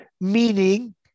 Meaning